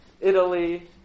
Italy